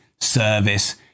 service